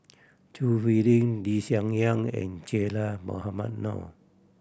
Choo Hwee Lim Lee Hsien Yang and Che Dah Mohamed Noor